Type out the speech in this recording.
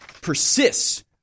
persists